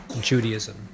Judaism